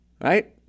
Right